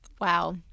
Wow